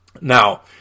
Now